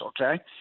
okay